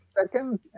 Second